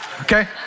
Okay